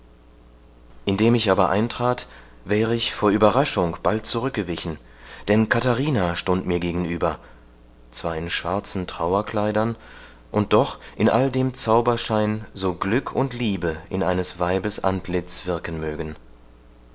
indem ich aber eintrat wäre ich vor überraschung bald zurückgewichen denn katharina stund mir gegenüber zwar in schwarzen trauerkleidern und doch in all dem zauberschein so glück und liebe in eines weibes antlitz wirken mögen